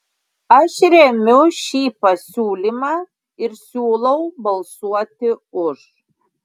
aš remiu šį pasiūlymą ir siūlau balsuoti už